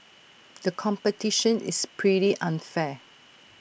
the competition is pretty unfair